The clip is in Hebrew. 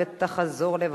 התשע"ב 2012,